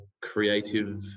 creative